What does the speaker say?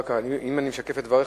אם אני משקף את דבריך,